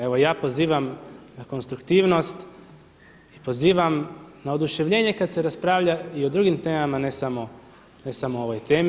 Evo ja pozivam na konstruktivnost i pozivam na oduševljenje kad se raspravlja i o drugim temama ne samo o ovoj temi.